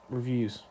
Reviews